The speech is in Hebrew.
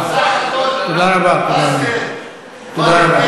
תודה רבה, תודה רבה.